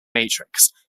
matrix